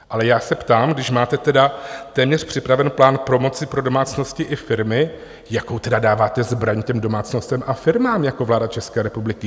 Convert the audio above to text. Ale já se ptám, když máte tedy téměř připravený plán pomoci pro domácnosti i firmy, jakou tedy dáváte zbraň domácnostem a firmám jako vláda České republiky?